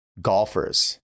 golfers